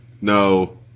No